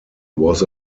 was